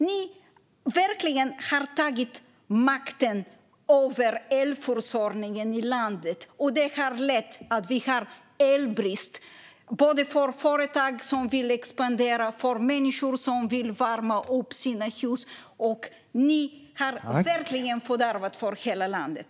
Ni har verkligen tagit makten över elförsörjningen i landet, och det har lett till att vi har elbrist, både för företag som vill expandera och för människor som vill värma upp sina hus. Ni har verkligen fördärvat för hela landet.